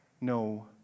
no